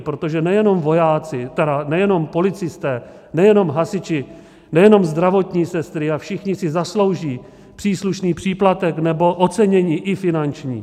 Protože nejenom policisté, nejenom hasiči, nejenom zdravotní sestry, všichni si zaslouží příslušný příplatek nebo ocenění i finanční.